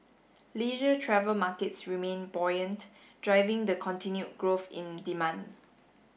leisure travel markets remain buoyant driving the continued growth in demand